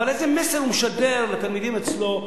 אבל איזה מסר הוא משדר לתלמידים אצלו,